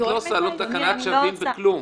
את לא עושה לו תקנת שבים בכלום.